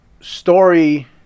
story